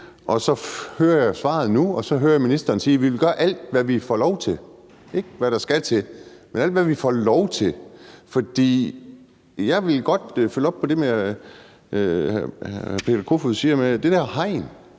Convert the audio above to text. Så hører jeg svaret nu, og så hører jeg ministeren sige, at man vil gøre alt, hvad man får lov til – ikke, hvad der skal til, men alt, hvad man får lov til. Så jeg vil godt følge op på det, hr. Peter Kofod siger med det der hegn.